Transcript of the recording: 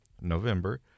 November